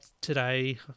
today